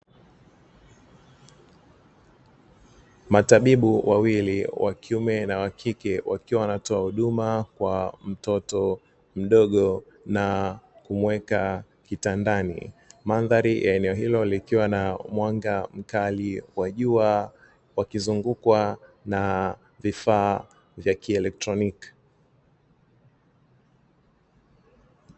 Matabibu wawili (wa kiume na wa kike) wakiwa wanatoa huduma kwa mtoto mdogo na kumuweka kitandani. Mandhari ya eneo hilo likiwa na mwanga mkali wa jua, wakizungukwa na vifaa vya kielektroniki.